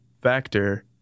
factor